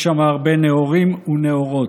יש שם הרבה נאורים ונאורות.